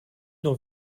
nur